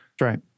Right